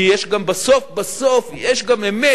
כי יש גם בסוף בסוף, יש גם אמת.